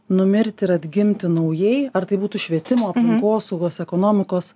numirti ir atgimti naujai ar tai būtų švietimo aplinkosaugos ekonomikos